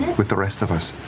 with the rest of us.